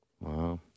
Wow